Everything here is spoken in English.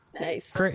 Nice